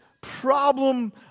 problem